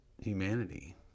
humanity